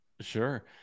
sure